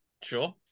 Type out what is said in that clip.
Sure